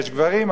יש גברים,